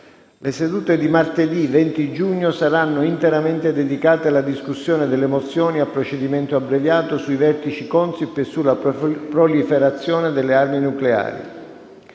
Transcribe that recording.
Le sedute di martedì 20 giugno saranno interamente dedicate alla discussione delle mozioni a procedimento abbreviato sui vertici Consip e sulla proliferazione delle armi nucleari.